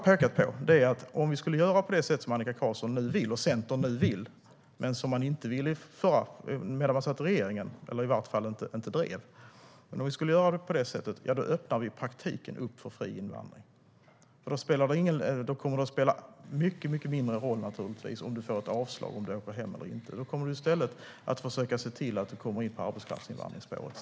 Om vi skulle göra på det sätt som Annika Qarlsson och Centern nu vill, men som man inte ville medan man satt i regeringen - man drev i varje fall inte det - öppnar vi i praktiken för fri invandring. Då kommer det att spela mycket mindre roll om du får avslag, om du åker hem eller inte. Då kommer du i stället att försöka se till att komma in på arbetskraftsinvandringsspåret.